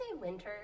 winter